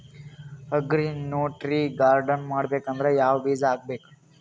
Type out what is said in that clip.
Agri nutri garden ಮಾಡಬೇಕಂದ್ರ ಯಾವ ಬೀಜ ಹಾಕಬೇಕು?